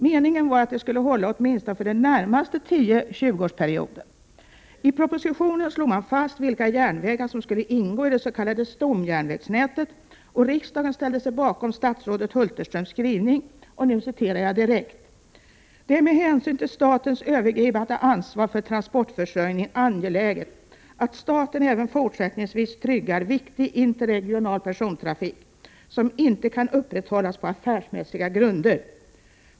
Meningen var att det skulle hålla åtminstone den närmaste 10-20-årsperioden. I propositionen slog man fast vilka järnvägar som skulle ingå i det s.k. stomjärnvägnätet, och riksdagen ställde sig bakom statsrådet Hulterströms skrivning. Han framhöll — nu citerar jag direkt från redovisningen i utskottsbetänkandet — ”att det med hänsyn till statens övergripande ansvar för transportförsörjningen är angeläget att staten även fortsättningsvis tryggar viktig interregional persontrafik som inte kan upprätthållas på affärsmässiga grunder.